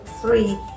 three